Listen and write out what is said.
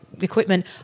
equipment